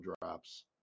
drops